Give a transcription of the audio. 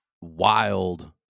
wild